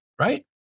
right